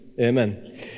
amen